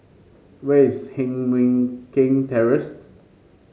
where is Heng Mui Keng Terrace